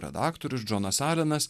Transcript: redaktorius džonas alenas